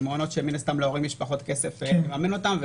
מעונות שמן הסתם להורים יש פחות כסף לממן אותם,